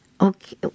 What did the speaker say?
Okay